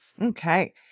Okay